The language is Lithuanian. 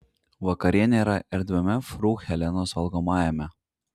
vakarienė yra erdviame fru helenos valgomajame